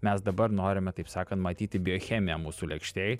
mes dabar norime taip sakant matyti biochemiją mūsų lėkštėj